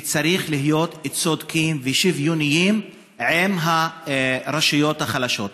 וצריכים להיות צודקים ושוויוניים עם הרשויות החלשות.